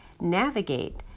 navigate